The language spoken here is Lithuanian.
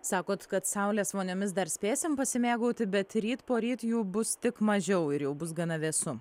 sakot kad saulės voniomis dar spėsim pasimėgauti bet ryt poryt jų bus tik mažiau ir jau bus gana vėsu